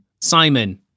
Simon